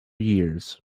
years